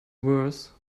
worse